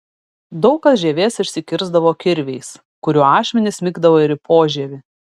daug kas žievės išsikirsdavo kirviais kurių ašmenys smigdavo ir į požievį